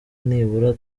nibura